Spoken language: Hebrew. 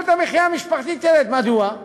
מדוע?